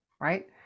right